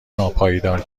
ناپایدار